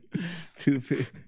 Stupid